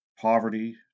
Poverty